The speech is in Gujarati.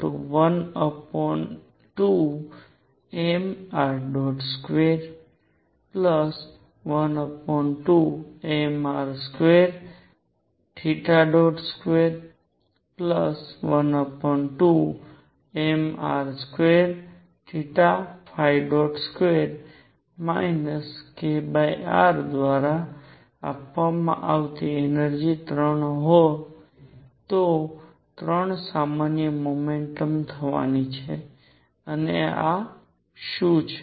12mr212mr2212mr22 kr દ્વારા આપવામાં આવતી એનર્જિ 3 તો હવે 3 સામાન્ય મોમેન્ટ થવાની છે અને આ શું છે